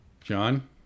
John